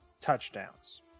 touchdowns